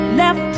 left